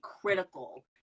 critical